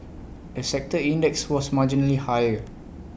A sector index was marginally higher